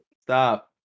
Stop